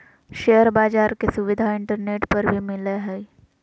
share बाज़ार के सुविधा इंटरनेट पर भी मिलय हइ